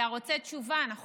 אתה רוצה תשובה, נכון?